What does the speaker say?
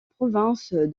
province